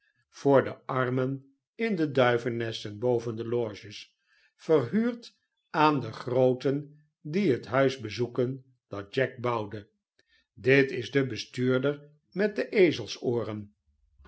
voor de armen in de duivennesten boven de loges verhuurd aan de grooten die het huis bezoeken dat jack bouwde dit is de bestuurder met de ezelsooren